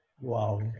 Wow